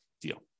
deal